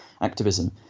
activism